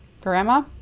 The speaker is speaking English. grandma